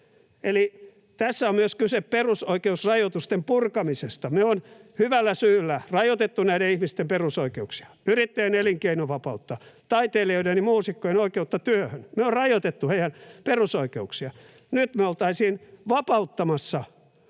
Eli tässä on kyse myös perusoikeusrajoitusten purkamisesta. Me on hyvällä syyllä rajoitettu näiden ihmisten perusoikeuksia, yrittäjien elinkeinovapautta, taiteilijoiden ja muusikkojen oikeutta työhön — me on rajoitettu heidän perusoikeuksiaan. Nyt me oltaisiin vapauttamassa